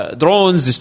drones